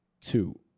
two